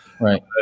Right